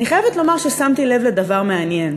אני חייבת לומר ששמתי לב לדבר מעניין.